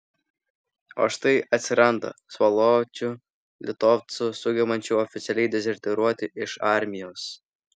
o štai atsiranda svoločių litovcų sugebančių oficialiai dezertyruoti iš armijos